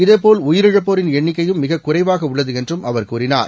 இதேபோல் உயிரிழப்போரின் எண்ணிக்கையும் மிக குறைவாக உள்ளது என்றும் அவர் கூறினார்